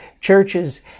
churches